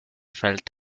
felt